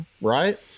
right